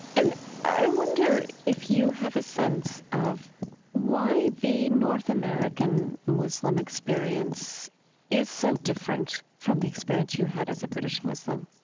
and i wonder if you have a sense of why the north american muslim experience is so different from the experience you had as a british muslim?